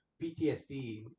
PTSD